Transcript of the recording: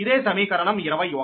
ఇదే సమీకరణం 21